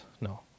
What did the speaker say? No